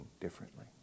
differently